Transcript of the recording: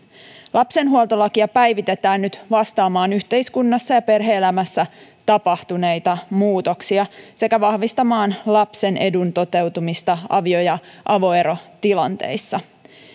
lapsenhuoltolakia päivitetään nyt vastaamaan yhteiskunnassa ja perhe elämässä tapahtuneita muutoksia sekä vahvistamaan lapsen edun toteutumista avio ja ja avoerotilanteissa